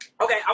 Okay